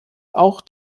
auch